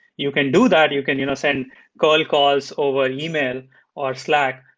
you can do that. you can you know send curl calls over email or slack.